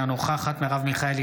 אינה נוכחת מרב מיכאלי,